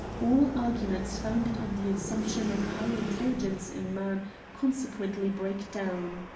all arguments founded on the assumption of higher intelligence in man consequently break down.